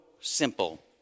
simple